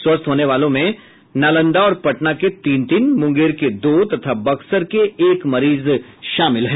स्वस्थ होने वालों में नालंदा और पटना के तीन तीन मुंगेर के दो तथा बक्सर के एक मरीज शामिल हैं